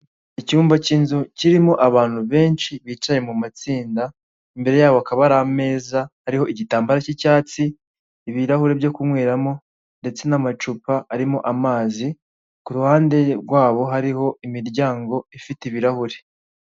Icyumba cy'inzu kirimo abantu benshi bicaye mumatsinda, imbere yabo hakaba hari ameza hariho igitambaro cyi'icyatsi, ibirahuri byo kunyweramo ndetse n'amacupa arimo amazi, kuruhande rwabo hariho imiryango ifite ibirahuri